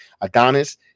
adonis